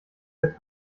der